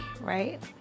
right